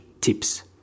tips